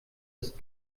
ist